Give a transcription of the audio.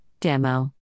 demo